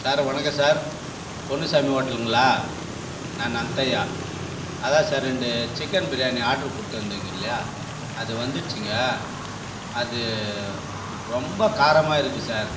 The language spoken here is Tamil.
சார் வணக்கம் சார் பொன்னுசாமி ஹோட்டலுங்களா நான் நத்தையா அதுதான் சார் ரெண்டு சிக்கன் பிரியாணி ஆர்டர் கொடுத்துருந்திங்க இல்லையா அது வந்துடுச்சுங்க அது ரொம்ப காரமாக இருக்குது சார்